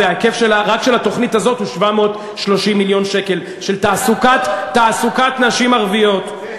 ההיקף רק של התוכנית הזאת של תעסוקת נשים ערביות הוא 730 מיליון שקל.